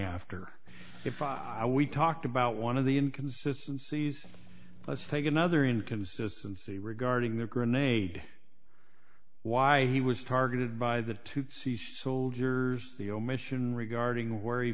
after if i i we talked about one of the in consistencies let's take another inconsistency regarding the grenade why he was targeted by the tutsi soldiers the omission regarding worry